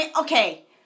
Okay